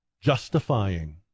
justifying